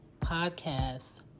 podcast